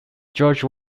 george